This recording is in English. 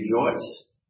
rejoice